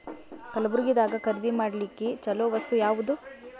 ಕಲಬುರ್ಗಿದಾಗ ಖರೀದಿ ಮಾಡ್ಲಿಕ್ಕಿ ಚಲೋ ವಸ್ತು ಯಾವಾದು?